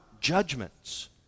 judgments